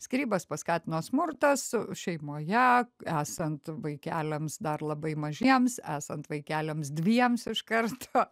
skyrybas paskatino smurtas šeimoje esant vaikeliams dar labai mažiems esant vaikeliams dviems iš karto